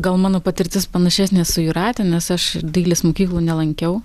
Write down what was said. gal mano patirtis panašesnė su jūrate nes aš dailės mokyklų nelankiau